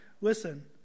listen